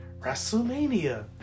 WrestleMania